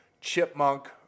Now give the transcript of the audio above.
chipmunk